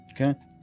Okay